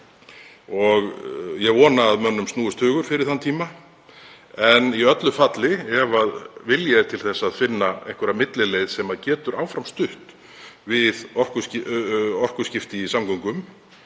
og ég vona að mönnum snúist hugur fyrir þann tíma. En í öllu falli, ef vilji er til þess að finna einhverja millileið sem getur áfram stutt við orkuskipti í samgöngum